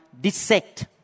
dissect